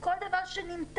כל דבר שנמתח,